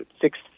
six